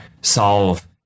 solve